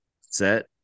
set